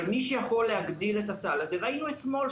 אבל מי שיכול להגדיל את הסל הזה ראינו אתמול: